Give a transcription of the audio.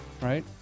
right